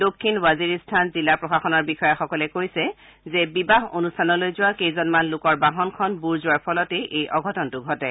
দক্ষিণ বাজিৰিস্তান জিলা প্ৰশাসনৰ বিষয়াসকলে কৈছে যে বিবাহ অনুষ্ঠানলৈ যোৱা কেইজনমান লোকৰ বাহনখন বুৰ যোৱাৰ ফলতে এই অঘটনটো ঘটে